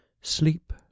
sleep